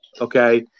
Okay